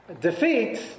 Defeat